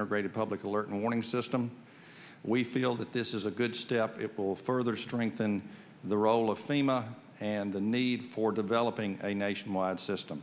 integrated public alert and warning system we feel that this is a good step it will further strengthen the role of thema and the need for developing a nationwide system